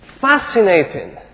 fascinating